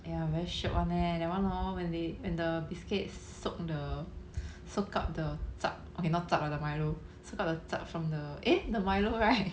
ya very shiok one leh that one hor when they when the biscuits soak the soak up the zup okay not zup lah the Milo soak up the zup from the eh the Milo right